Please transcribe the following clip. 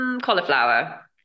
Cauliflower